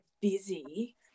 busy